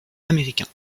américain